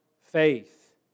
faith